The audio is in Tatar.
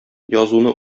язуны